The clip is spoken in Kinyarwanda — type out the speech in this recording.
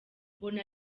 mbona